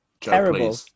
Terrible